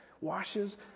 Washes